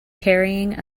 carrying